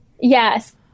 Yes